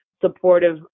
supportive